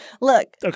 Look